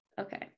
okay